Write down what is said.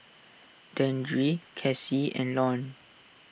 Dandre Casey and Lorne